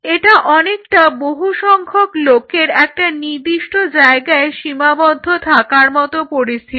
এটা অনেকটা বহু সংখ্যক লোকের একটি নির্দিষ্ট জায়গায় সীমাবদ্ধ থাকার মতো পরিস্থিতি